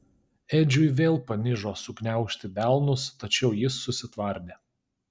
edžiui vėl panižo sugniaužti delnus tačiau jis susitvardė